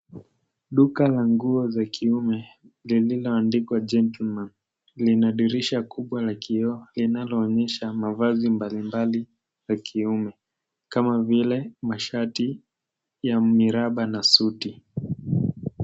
Duka la nguo za kiume lililoandikwa gentleman. Lina dirisha kubwa la kioo linaloonyesha mavazi mbali mbali za kiume .Kama vile mashati, ya miraba na suti.